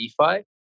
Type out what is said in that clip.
EFI